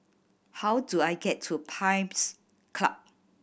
how do I get to Pines Club